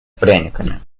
пряниками